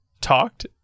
talked